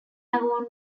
avon